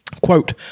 Quote